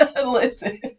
Listen